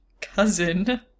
cousin